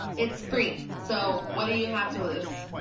it's free, so what do you have to lose?